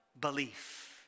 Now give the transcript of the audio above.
belief